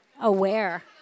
aware